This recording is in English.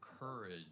courage